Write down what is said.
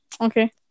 okay